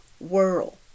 world